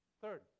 Third